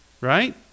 Right